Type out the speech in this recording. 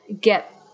get